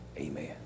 Amen